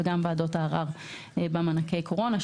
וגם בוועדות הערר במענקי הקורונה.